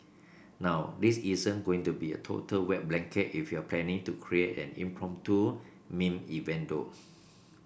now this isn't going to be a total wet blanket if you're planning to create an impromptu meme event though